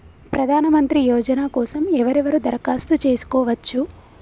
ప్రధానమంత్రి యోజన కోసం ఎవరెవరు దరఖాస్తు చేసుకోవచ్చు?